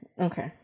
Okay